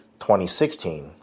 2016